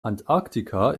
antarktika